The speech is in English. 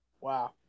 Wow